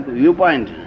viewpoint